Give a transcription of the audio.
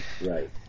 Right